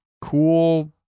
cool